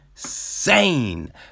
Sane